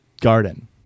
garden